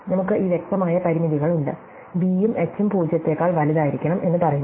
നമുക്ക് ഈ വ്യക്തമായ പരിമിതികളുണ്ട് b ഉം h ഉം പൂജ്യത്തേക്കാൾ വലുതായിരിക്കണം എന്ന് പറയുന്നു